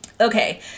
okay